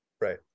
Right